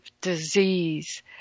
disease